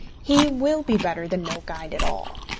he will be better than no guide at all.